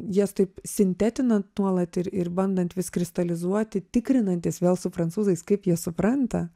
jas taip sintetinant nuolat ir ir bandant vis kristalizuoti tikrinantis vėl su prancūzais kaip jie supranta